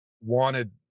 wanted